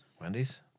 Wendy's